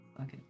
Okay